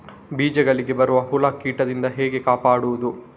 ಬೀಜಗಳಿಗೆ ಬರುವ ಹುಳ, ಕೀಟದಿಂದ ಹೇಗೆ ಕಾಪಾಡುವುದು?